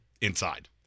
inside